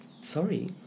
sorry